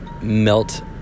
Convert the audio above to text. melt